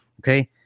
Okay